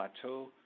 plateau